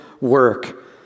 work